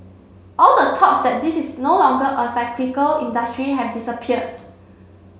all the thoughts that this is no longer a cyclical industry have disappeared